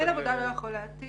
מנהל עבודה לא יכול להטיל,